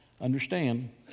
Understand